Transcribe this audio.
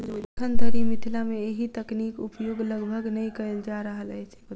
एखन धरि मिथिला मे एहि तकनीक उपयोग लगभग नै कयल जा रहल अछि